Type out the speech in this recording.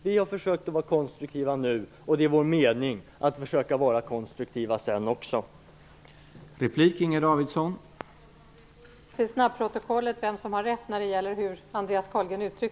Vi har försökt vara konstruktiva, och det är vår mening att försöka vara konstruktiva också sedan.